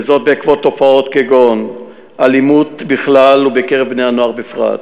וזאת בעקבות תופעות כגון אלימות בכלל ובקרב בני הנוער בפרט,